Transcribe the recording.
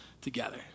together